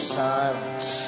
silence